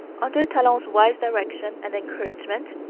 under talon's wise direction and encouragement,